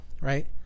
right